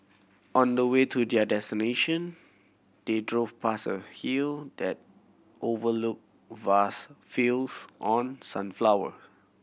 on the way to their destination they drove past a hill that overlooked vast fields on sunflower